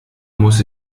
muss